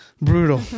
brutal